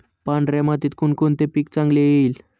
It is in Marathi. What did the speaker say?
पांढऱ्या मातीत कोणकोणते पीक चांगले येईल?